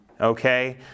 Okay